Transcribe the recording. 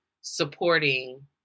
supporting